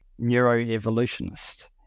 neuroevolutionist